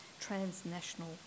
transnational